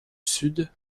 sud